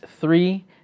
three